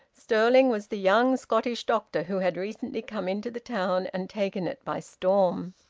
stirling was the young scottish doctor who had recently come into the town and taken it by storm.